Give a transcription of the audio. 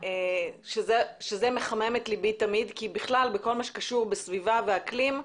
שזה תמיד מחמם את לבי כי בכלל בכל מה שקשור בסביבה ואקלים,